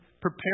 prepare